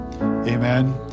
Amen